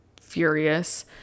furious